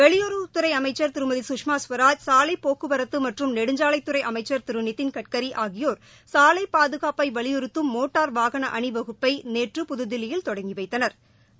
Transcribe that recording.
வெளியுறவுத்துறை அமைச்சள் திருமதி கஷ்மா ஸ்வராஜ் சாலை போக்குவரத்து மற்றும் நெடுஞ்சாலைத் துறை அமைச்ச் திரு நிதின் கட்சி ஆகியோர் சாலை பாதுகாப்பை வலியுறுத்தும் மோட்டார் வாகன அணிவகுப்பை நேற்று புதுதில்லியில் தொடங்கி வைத்தனா்